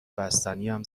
بستنیم